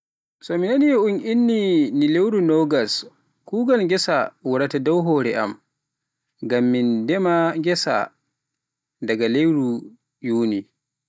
So mi nani un inni ni lewru Nogas, kuugal ghessa wara dow hore am, ngam min demal ghessa daga lewru yuni.